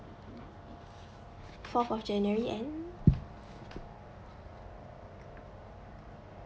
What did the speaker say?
fourth of january and